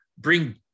bring